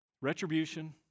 Retribution